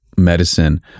Medicine